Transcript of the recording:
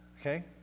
Okay